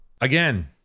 Again